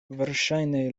verŝajne